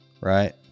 right